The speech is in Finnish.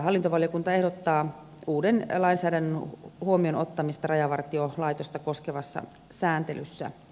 hallintovaliokunta ehdottaa uuden lainsäädännön huomioon ottamista rajavartiolaitosta koskevassa sääntelyssä